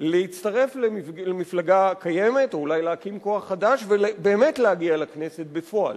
ולהצטרף למפלגה קיימת או אולי להקים כוח חדש ובאמת להגיע לכנסת בפועל.